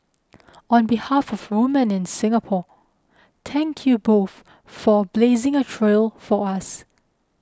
on behalf of women in Singapore thank you both for blazing a trail for us